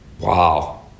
Wow